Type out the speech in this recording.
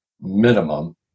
minimum